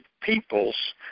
peoples